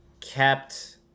kept